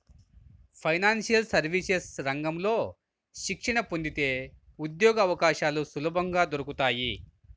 financial services రంగంలో శిక్షణ పొందితే ఉద్యోగవకాశాలు సులభంగా దొరుకుతాయి